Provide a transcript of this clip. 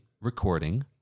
recording